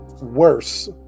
worse